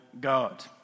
God